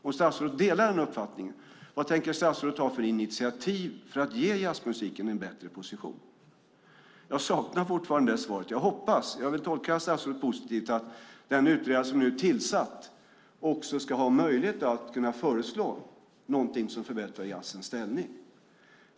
Om statsrådet delar den uppfattningen, vilka initiativ tänker statsrådet ta för att ge jazzmusiken en bättre position? Jag saknar fortfarande svar på de frågorna. Jag hoppas - jag vill tolka statsrådet positivt - att den utredare som nu är tillsatt också ska ha möjlighet att föreslå någonting som förbättrar jazzens ställning.